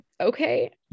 Okay